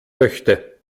möchte